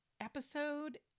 episode